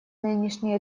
нынешний